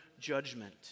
judgment